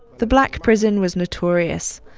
the black prison was notorious.